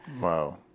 Wow